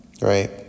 right